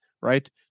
right